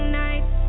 nights